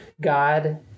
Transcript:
God